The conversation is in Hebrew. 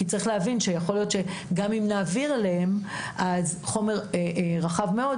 כי צריך להבין שיכול להיות שגם אם נעביר אליהם חומר רחב מאוד,